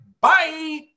Bye